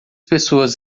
pessoas